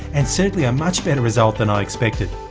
and certainly a much better result than i expected.